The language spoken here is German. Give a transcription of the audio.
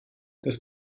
das